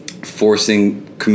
forcing